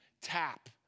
TAP